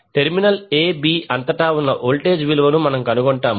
terminal a b అంతటా ఉన్న voltage విలువను మనం కనుగొంటాము